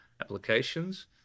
applications